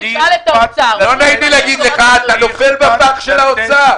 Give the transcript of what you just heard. אתה נופל בפח של האוצר,